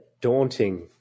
daunting